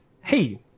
hey